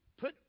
put